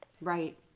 Right